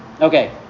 okay